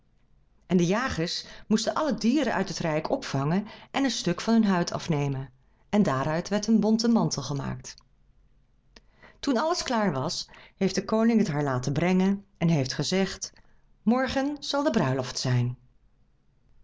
en de jagers moesten alle dieren uit het rijk opvangen en een stuk van hun huid af nemen en daaruit werd een bonten mantel gemaakt toen alles klaar was heeft de koning het haar laten brengen en heeft gezegd morgen zal de bruiloft zijn